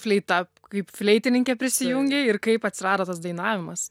fleita kaip fleitininkė prisijungei ir kaip atsirado tas dainavimas